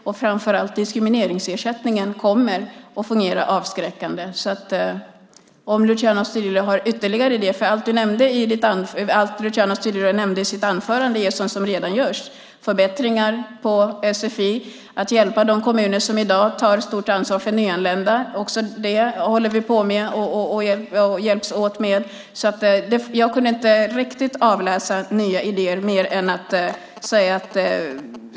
Framför allt kommer diskrimineringsersättningen att fungera avskräckande. Allt sådant som Luciano Astudillo nämnde i sitt anförande är alltså sådant som redan görs, till exempel förbättringar när det gäller sfi och att hjälpa de kommuner som i dag tar ett stort ansvar för nyanlända. Också det hjälps vi åt med. Jag kunde alltså inte riktigt avläsa några nya idéer.